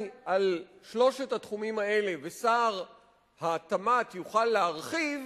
על שלושת התחומים האלה ושר התמ"ת יוכל להרחיב